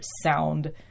sound